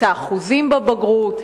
את האחוזים בבגרות.